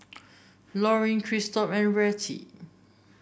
Lorin Christop and Rettie